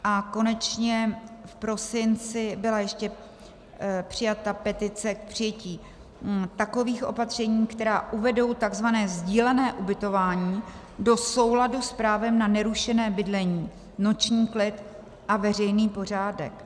A konečně v prosinci byla ještě přijata petice k přijetí takových opatření, která uvedou tzv. sdílené ubytování do souladu s právem na nerušené bydlení, noční klid a veřejný pořádek.